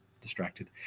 distracted